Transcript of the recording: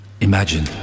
Imagine